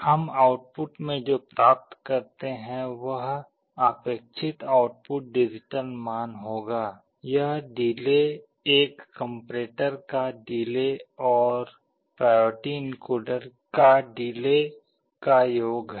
हम आउटपुट में जो प्राप्त करते हैं वह आपेक्षित आउटपुट डिजिटल मान होगा यह डिले एक कम्पेरेटर का डिले और प्रायोरिटी एनकोडर की डिले का योग है